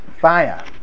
Fire